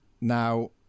now